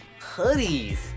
hoodies